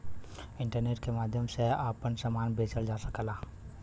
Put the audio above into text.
internet के माध्यम से आपन सामान बेचल जा सकला